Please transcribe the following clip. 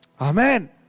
amen